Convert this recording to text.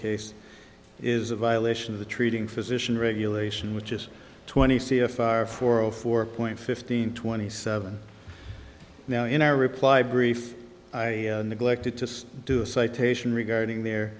case is a violation of the treating physician regulation which is twenty c f r for zero four point fifteen twenty seven now in our reply brief i neglected to do a citation regarding their